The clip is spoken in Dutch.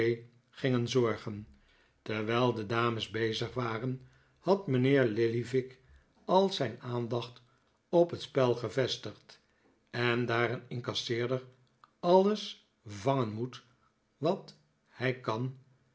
terwijl de dames bezig waren had mijnheer lillywick al zijn aandacht op het spel gevestigd en daar een incasseerder alles vangen moet wat hij kan